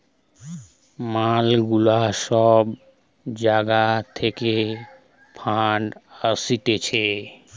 ম্যালা গুলা সব জাগা থাকে ফান্ড আসতিছে